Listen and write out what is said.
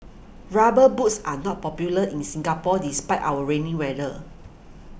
rubber boots are not popular in Singapore despite our rainy weather